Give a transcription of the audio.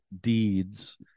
deeds